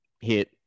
hit